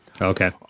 Okay